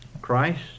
Christ